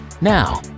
Now